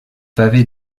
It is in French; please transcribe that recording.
pavé